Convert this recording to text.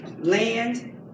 land